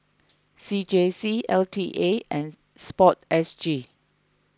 C J C L T A and Sport S G